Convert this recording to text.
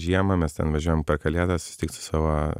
žiemą mes ten važiuojam per kalėdas susitikt su savo